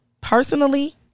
Personally